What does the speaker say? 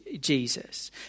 Jesus